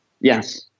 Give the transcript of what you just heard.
Yes